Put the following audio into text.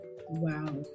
Wow